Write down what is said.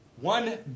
One